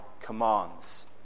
commands